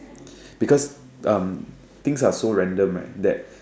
because um things are random right that